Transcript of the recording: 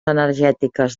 energètiques